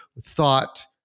thought